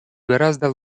гораздо